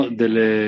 delle